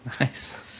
Nice